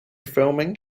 filming